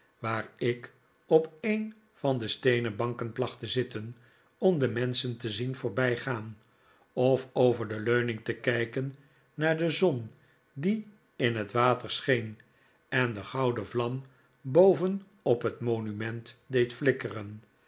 waar ik op een van de steenen banken placht te zitten om de menschen te zien voorbijgaan of over de leuning te kijken naar de zon die in het water scheen en de gouden vlam boven op het monument deed flikkeren